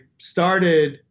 started